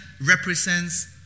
represents